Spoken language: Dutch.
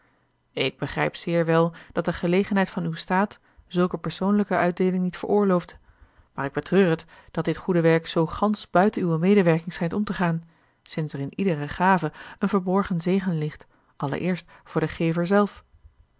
ik begrijp zeer wel dat de gelegenheid van uw staat zulke persoonlijke uitdeeling niet veroorloofde maar ik betreur het dat dit goede werk zoo gansch buiten uwe medewerking schijnt om te gaan sinds er in iedere gave een verborgen zegen ligt allereerst voor den gever zelf